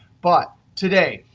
but today,